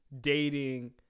dating